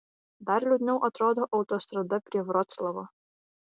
dar liūdniau atrodo autostrada prie vroclavo